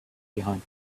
behind